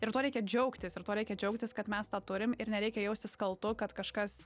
ir tuo reikia džiaugtis ir tuo reikia džiaugtis kad mes tą turim ir nereikia jaustis kaltu kad kažkas